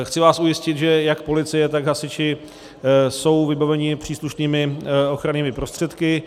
Chci vás ujistit, že jak policie, tak hasiči jsou vybavení příslušnými ochrannými prostředky.